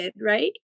right